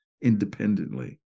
independently